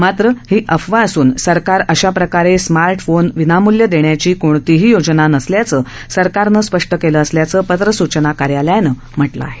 मात्र ही अफवा असून सरकार अशाप्रकारे स्मार्ट फोन विनामूल्य देण्याची कोणतीही योजना नसल्याचं सरकारनं स्पष्ट केलं असल्याचं पत्रसूचना कार्यालयानं म्हटलं आहे